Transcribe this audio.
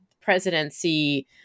presidency